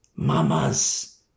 Mamas